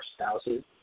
spouses